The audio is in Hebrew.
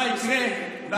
האלוף שרון אפק,